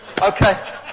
Okay